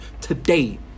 today